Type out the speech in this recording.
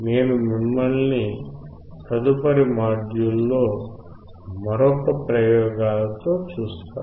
నేను మిమ్మల్ని తదుపరి మాడ్యూల్లో మరొక ప్రయోగాలతో చూస్తాను